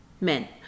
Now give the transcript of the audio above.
men